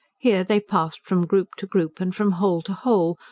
here they passed from group to group and from hole to hole,